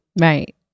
Right